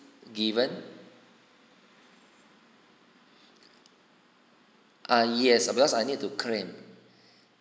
given err yes because I need to claim